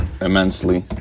immensely